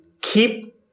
keep